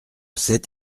sept